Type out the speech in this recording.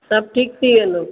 सभु ठीकु थी वेंदो